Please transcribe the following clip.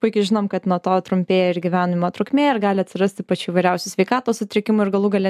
puikiai žinom kad nuo to trumpėja ir gyvenimo trukmė ir gali atsirasti pačių įvairiausių sveikatos sutrikimų ir galų gale